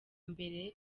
mbere